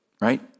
Right